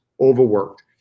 overworked